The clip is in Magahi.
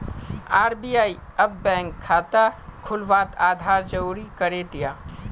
आर.बी.आई अब बैंक खाता खुलवात आधार ज़रूरी करे दियाः